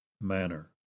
manner